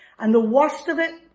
and the worst of it,